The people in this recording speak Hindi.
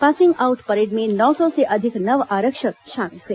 पासिंग ऑऊट परेड में नौ सौ से अधिक नव आरक्षक शामिल हुए